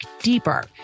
deeper